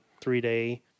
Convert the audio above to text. three-day